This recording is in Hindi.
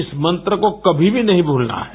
इस मंत्र को कभी भी नहीं भूलना है